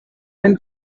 and